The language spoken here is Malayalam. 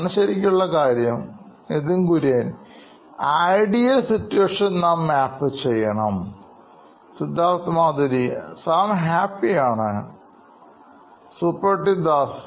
അതാണ് ശരിക്കുള്ള സാഹചര്യം Nithin Kurian COO Knoin Electronics ideal situation നാം മാപ്പ് ചെയ്യണം Siddharth Maturi CEO Knoin Electronics സാം ഹാപ്പിയാണ് Suprativ Das CTO Knoin Electronics great